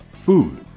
Food